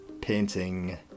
painting